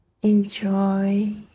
Enjoy